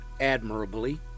admirably